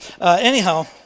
Anyhow